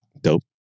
dope